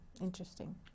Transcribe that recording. Interesting